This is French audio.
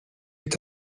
est